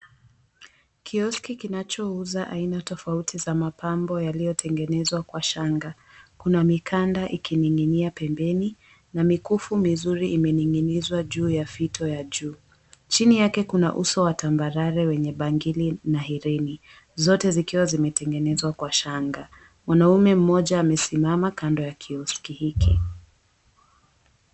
Kioski kinachouza aina tofauti za mapambo yaliyotengenezwa kwa shanga. Kuna mikanda ikining'inia pembeni, na mikufu mizuri imening'inizwa juu ya fito ya juu. Chini yake kuna uso wa tambarare wenye bangili na hereni, zote zikiwa zimetengenezwa kwa shanga. Mwanaume mmoja amesimama kando ya kioski hiki.